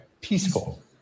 Peaceful